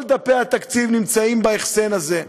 כל דפי התקציב נמצאים בהחסן הזה.